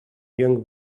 young